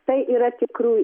tai yra tikrų